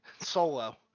Solo